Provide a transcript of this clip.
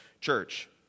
Church